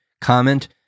comment